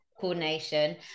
coordination